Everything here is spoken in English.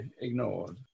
ignored